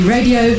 Radio